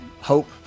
hope